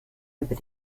über